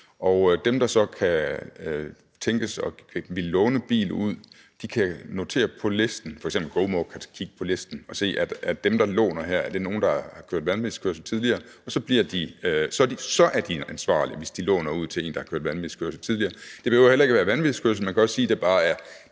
dem, der så kunne tænkes at ville låne en bil ud – f.eks. GoMore – kunne kigge på listen os se, om dem, der låner her, er nogle, der har kørt vanvidskørsel tidligere, og så er de ansvarlige, hvis de låner ud til en, der har kørt vanvidskørsel tidligere. Det behøver heller ikke at være vanvidskørsel. Man kan også sige, at det bare er